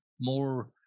more